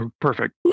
perfect